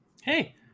Hey